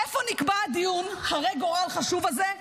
איפה נקבע הדיון הרה הגורל והחשוב הזה?